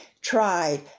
tried